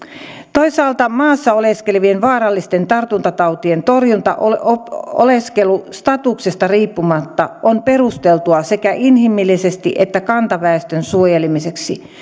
toisaalta maassa oleskelevien vaarallisten tartuntatautien torjunta oleskelustatuksesta riippumatta on perusteltua sekä inhimillisesti että kantaväestön suojelemiseksi